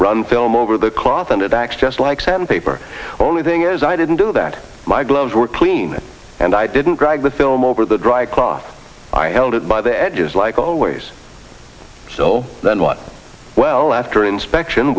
run film over the cloth and it acts just like sandpaper only thing is i didn't do that my gloves were clean and i didn't drag the film over the dry cloth i held it by the edges like always still then what well after inspection